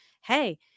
hey